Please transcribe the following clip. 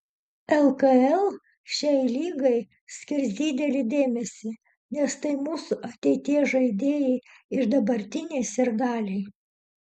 lkl šiai lygai skirs didelį dėmesį nes tai mūsų ateities žaidėjai ir dabartiniai sirgaliai